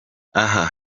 aha